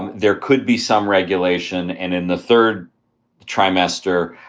and there could be some regulation. and in the third trimester,